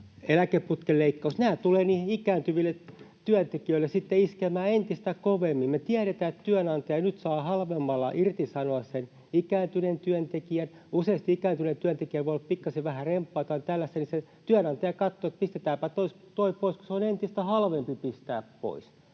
eläkeputken leikkaus. Nämä tulevat niihin ikääntyviin työntekijöihin sitten iskemään entistä kovemmin. Me tiedetään, että työnantaja saa nyt halvemmalla irtisanoa sen ikääntyneen työntekijän. Useasti ikääntyneellä työntekijällä voi olla pikkasen, vähän remppaa tai tällaista, ja se työnantaja katsoo, että pistetäänpä tuo pois, kun se on entistä halvempi pistää pois,